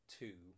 two